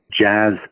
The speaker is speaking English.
jazz